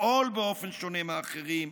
לפעול באופן שונה מאחרים,